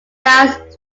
south